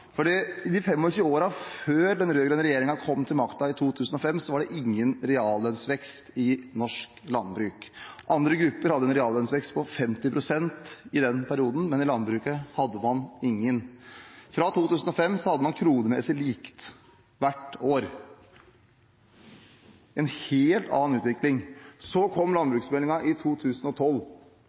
de 25 årene før den rød-grønne regjeringen kom til makten i 2005, var det ingen reallønnsvekst i norsk landbruk. Andre grupper hadde en reallønnsvekst på 50 pst. i den perioden, men i landbruket hadde man ingen. Fra 2005 hadde man det kronemessig likt hvert år – en helt annen utvikling. Deretter kom landbruksmeldingen i 2012,